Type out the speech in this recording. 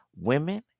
women